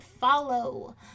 follow